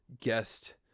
guest